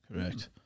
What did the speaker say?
Correct